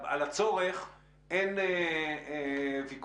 על הצורך אין ויכוח,